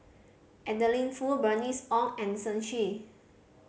Adeline Foo Bernice Ong and Shen Xi